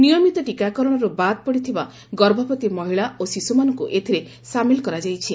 ନିୟମିତ ଟୀକାକରଣରୁ ବାଦ୍ ପଡ଼ିଥିବା ଗଭବତୀ ମହିଳା ଓ ଶିଶୁମାନଙ୍କୁ ଏଥିରେ ସାମିଲ୍ କରାଯାଇଛି